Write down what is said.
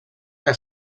que